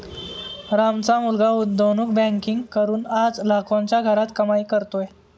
रामचा मुलगा गुंतवणूक बँकिंग करून आज लाखोंच्या घरात कमाई करतोय